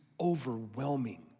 overwhelming